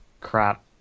Crap